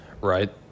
right